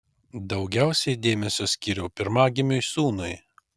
daugiausiai dėmesio skyriau pirmagimiui sūnui